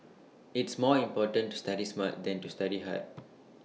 it's more important to study smart than to study hard